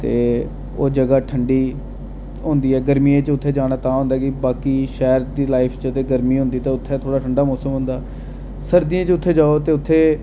ते ओह् जगह् ठंडी होंदी ऐ ते गर्मियें च उत्थै जाना तां होंदा ऐ कि बाकी शैह्र दी लाइफ च गर्मी होंदी ऐ जे कि उत्थै थोह्ड़ा ठंडा मौसम होंदा सर्दिंयें च उत्थै जाओ ते उत्थै